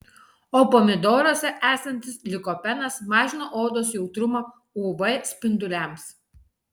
o pomidoruose esantis likopenas mažina odos jautrumą uv spinduliams